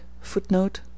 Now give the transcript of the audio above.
Footnote